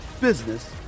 business